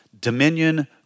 dominion